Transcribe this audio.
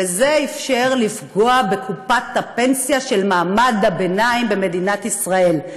וזה אפשר לפגוע בקופת הפנסיה של מעמד הביניים במדינת ישראל,